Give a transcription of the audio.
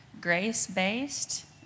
Grace-based